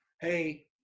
Hey